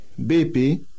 BP